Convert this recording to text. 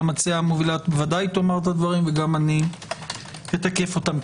המובילה ודאי תאמר את הדברים וגם אני אתקף אותם.